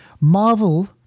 Marvel